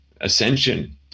ascension